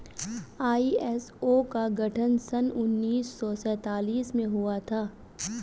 ISO का गठन सन उन्नीस सौ सैंतालीस में हुआ था